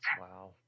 Wow